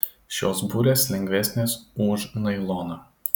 šios burės lengvesnės už nailoną